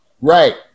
right